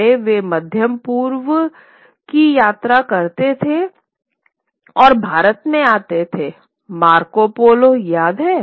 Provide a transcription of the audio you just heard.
पहले वे मध्य पूर्व की यात्रा करते थे और भारत में आते थे मार्को पोलो याद है